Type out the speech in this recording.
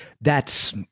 that's-